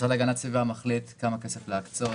המשרד להגנת הסביבה מחליט כמה כסף להקצות,